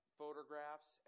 photographs